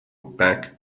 back